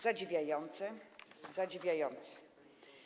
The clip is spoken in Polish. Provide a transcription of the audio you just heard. Zadziwiające, zadziwiające.